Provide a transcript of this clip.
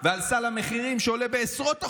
ועל סל המחירים שעולה בעשרות אחוזים.